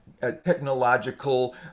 technological